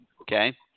okay